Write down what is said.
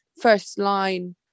first-line